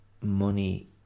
money